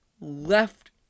left